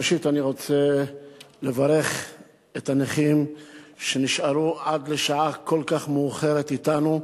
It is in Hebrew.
ראשית אני רוצה לברך את הנכים שנשארו עד שעה כל כך מאוחרת אתנו,